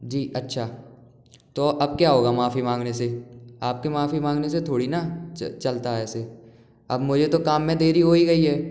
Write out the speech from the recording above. जी अच्छा तो अब क्या होगा माफी मांगने से आपके माफी मांगने से थोड़ी न चलता है ऐसे अब मुझे तो काम मे देरी हो ही गई है